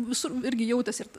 visur irgi jautėsi ir